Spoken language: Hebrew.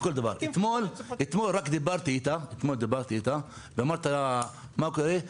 אתמול דיברתי איתה ושאלתי מה קורה?